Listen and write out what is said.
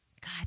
God